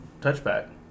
touchback